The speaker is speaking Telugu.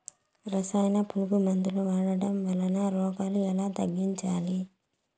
రసాయన పులుగు మందులు వాడడం వలన రోగాలు ఎలా తగ్గించాలి?